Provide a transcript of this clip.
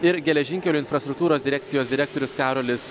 ir geležinkelių infrastruktūros direkcijos direktorius karolis